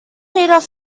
feed